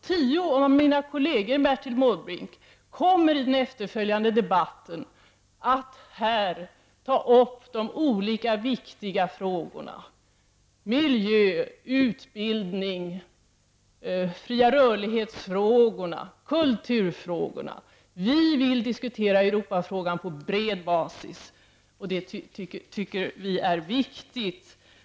Tio av mina kollegor, Bertil Måbrink, kommer i den efterföljande debatten att ta upp de olika viktiga frågorna: miljö, utbildning, fria rörlighets-frågorna, kulturfrågorna. Vi vill diskutera Europafrågan på bred basis. Det tycker vi är viktigt.